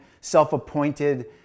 self-appointed